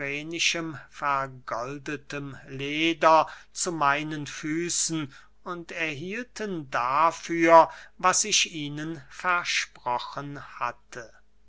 vergoldetem leder zu meinen füßen und erhielten dafür was ich ihnen versprochen hatte